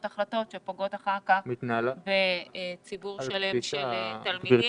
החלטות שפוגעות אחר כך בציבור שלם של תלמידים.